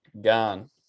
gone